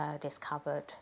discovered